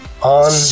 on